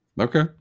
Okay